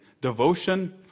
Devotion